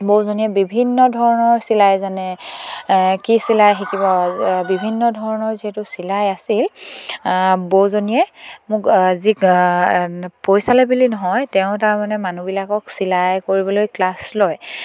বৌজনীয়ে বিভিন্ন ধৰণৰ চিলাই যেনে কি চিলাই শিকিব বিভিন্ন ধৰণৰ যিহেতু চিলাই আছিল বৌজনীয়ে মোক যি পইচালে বুলি নহয় তেওঁ তাৰমানে মানুহবিলাকক চিলাই কৰিবলৈ ক্লাছ লয়